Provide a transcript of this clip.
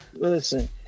Listen